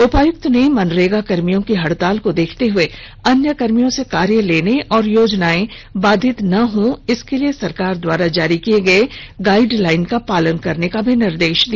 उपायुक्त ने मनरेगा कर्मियों की हड़ताल को देखते हए अन्य कर्मियों से कार्य लेने तथा योजनाएं बाधित नहीं हो इसके लिए सरकार द्वारा जारी किए गए गाइडलाइन का पालन करने का भी निर्देश दिया